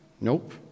Nope